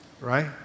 Right